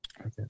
Okay